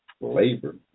labor